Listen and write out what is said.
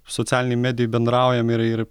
socialinėj medijoj bendraujam ir ir